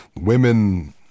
women